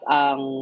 ang